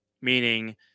meaning